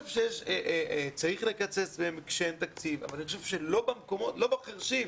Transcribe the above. צריך לקצץ כשאין תקציב, אבל לא בחרשים,